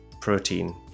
protein